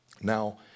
Now